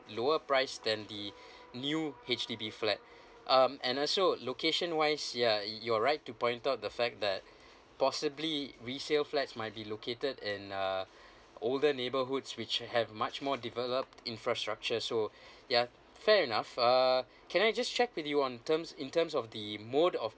lower price than the new H_D_B flat um and also location wise ya you're right to point out the fact that possibly resale flats might be located in a older neighbourhoods which have much more developed infrastructure so yeah fair enough uh can I just check with you on terms in terms of the mode of